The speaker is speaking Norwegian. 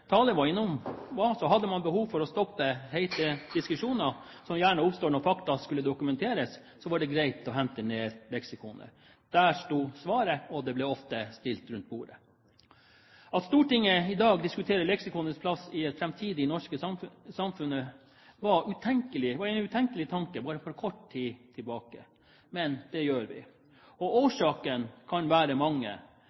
var innom: Hadde man behov for å stoppe hete diskusjoner, som gjerne oppsto når fakta skulle diskuteres, var det greit å hente ned leksikonet. Der sto svaret, og det ble ofte stille rundt bordet. At Stortinget i dag diskuterer leksikonets plass i det framtidige norske samfunnet, var en utenkelig tanke bare for kort tid tilbake. Men det gjør vi.